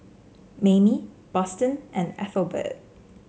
Mayme Boston and Ethelbert